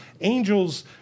angels